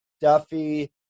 Duffy